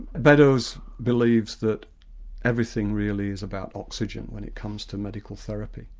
beddowes believes that everything really is about oxygen when it comes to medical therapy.